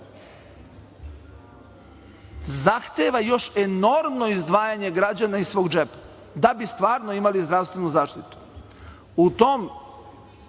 zahteva još enormno izdvajanje građana iz svog džepa, da bi stvarno imali zdravstvenu zaštitu.U tom